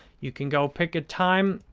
you can go pick a time.